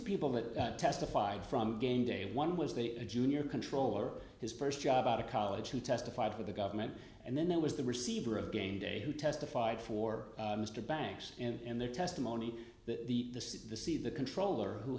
people that testified from game day one was that a junior controller his first job out of college who testified for the government and then there was the receiver of game day who testified for mr banks and their testimony that the this is the c the controller who